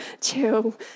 chill